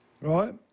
Right